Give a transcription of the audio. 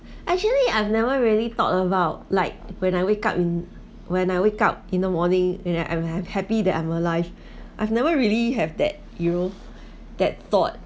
actually I've never really thought about like when I wake up in when I wake up in the morning in and I'm ha~ happy that I'm alive I've never really have that you know that thought